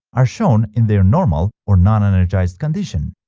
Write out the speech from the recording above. are shown in their normal or non-energized condition